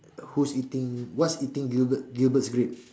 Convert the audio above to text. who's eating what's eating gilbert's grape